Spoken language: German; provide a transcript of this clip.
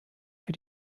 für